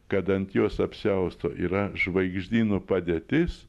kad ant jos apsiausto yra žvaigždynų padėtis